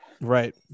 Right